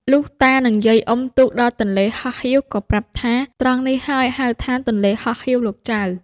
លុះតា និងយាយ អុំទូកដល់ទន្លេហោះហៀវ ក៏ប្រាប់ថា ត្រង់នេះហើយហៅថា “ទន្លេហោះហៀវលោកចៅ” ។